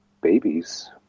babies